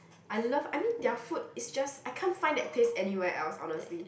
I love I mean their food is just I can't find that taste anywhere else honestly